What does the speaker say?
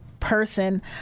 Person